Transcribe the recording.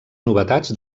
novetats